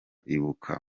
ibuka